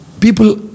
People